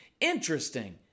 Interesting